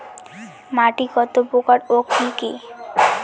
মাটি কতপ্রকার ও কি কী?